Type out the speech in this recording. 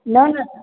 न न